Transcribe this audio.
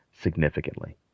significantly